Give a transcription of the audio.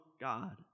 God